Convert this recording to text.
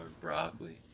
broccoli